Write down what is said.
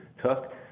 took